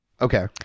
Okay